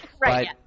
right